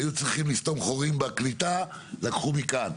היו צריכים לסתום חורים בקליטה, לקחו מכאן.